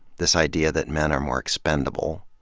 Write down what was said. this idea that men are more expendable,